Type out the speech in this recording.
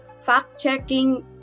fact-checking